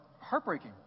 heartbreaking